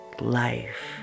life